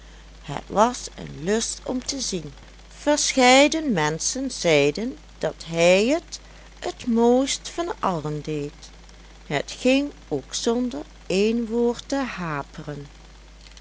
het was een lust om te zien verscheiden menschen zeiden dat hij t het mooist van allen deed het ging ook zonder een woord te haperen